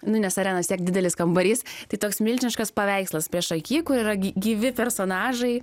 nu nes arena vis tiek didelis kambarys tai toks milžiniškas paveikslas prieš aky kur yra gy gyvi personažai